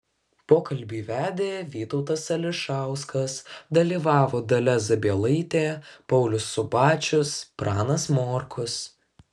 pokalbį vedė vytautas ališauskas dalyvavo dalia zabielaitė paulius subačius pranas morkus